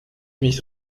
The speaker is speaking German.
mich